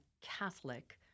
Catholic